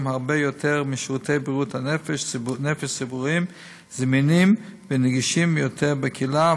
הרבה יותר משירותי בריאות נפש ציבוריים זמינים ונגישים יותר בקהילה,